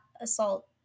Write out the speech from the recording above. assault